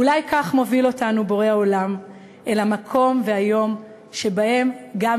אולי כך מוביל אותנו בורא עולם אל המקום והיום שבהם גם